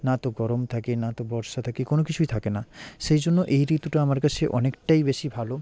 না তো গরম থাকে না তো বর্ষা থাকে কোনও কিছুই থাকে না সেই জন্য এই ঋতুটা আমার কাছে অনেকটাই বেশি ভালো